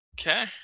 Okay